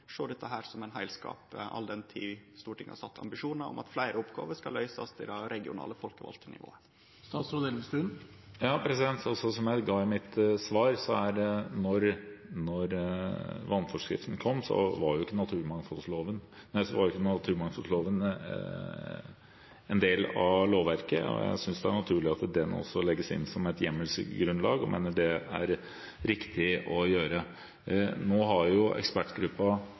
sjå dette som ein heilskap, all den tid Stortinget har ambisjonar om at fleire oppgåver skal løysast i det regionale, folkevalde nivået? Som jeg sa i mitt svar, var ikke naturmangfoldloven en del av lovverket da vannforskriften kom, og jeg synes det er naturlig at den også legges inn som et hjemmelsgrunnlag, og mener at det er riktig å gjøre. Forslaget fra ekspertgruppen for regionreformen har vært ute på høring, og når det gjelder den vurderingen vi nå